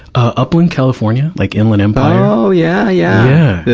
ah upland, california. like, inland empire. oh, yeah. yeah